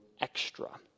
extra